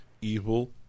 evil